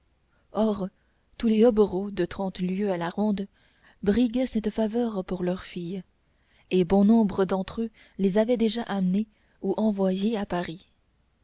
or tous les hobereaux de trente lieues à la ronde briguaient cette faveur pour leurs filles et bon nombre d'entre eux les avaient déjà amenées ou envoyées à paris